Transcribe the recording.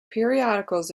periodicals